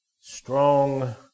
strong